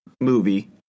movie